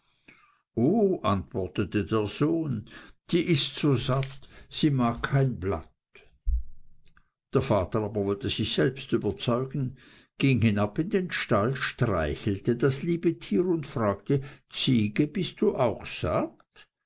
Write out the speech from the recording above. o antwortete der sohn die ist so satt sie mag kein blatt der vater aber wollte sich selbst überzeugen ging hinab in den stall streichelte das liebe tier und fragte ziege bist du auch satt